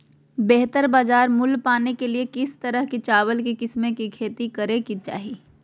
बेहतर बाजार मूल्य पाने के लिए किस तरह की चावल की किस्मों की खेती करे के चाहि?